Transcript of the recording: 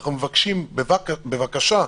אנחנו מבקשים: בבקשה,